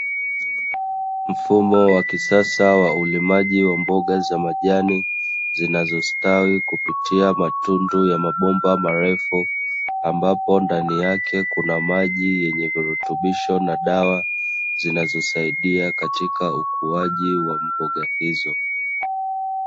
Mfumo wa kisasa wa ulimaji wa mboga za majani, zinazostawi kupitia matundu ya mabomba marefu, ambapo ndani yake kuna maji yenye virutubisho na dawa, zinazosaidia katika ukuaji wa mboga hizo.